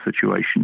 situation